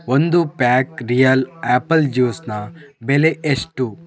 ಒಂದು pack real apple ಜ್ಯೂಸ್ನ ಬೆಲೆ ಎಷ್ಟು